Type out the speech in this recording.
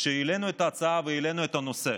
כשהעלינו את ההצעה והעלינו את הנושא,